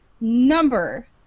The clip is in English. number